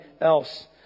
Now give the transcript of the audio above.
else